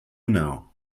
now